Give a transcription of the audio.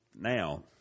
now